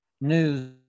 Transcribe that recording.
news